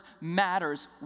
matters